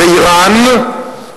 באירן,